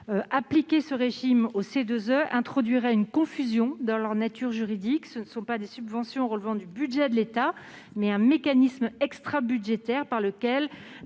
Appliquer ce régime aux C2E introduirait une confusion quant à leur nature juridique : il ne s'agit pas de subventions relevant du budget de l'État, mais d'un mécanisme extrabudgétaire par